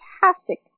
fantastic